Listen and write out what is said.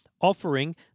offering